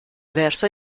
versa